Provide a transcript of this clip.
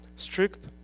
Strict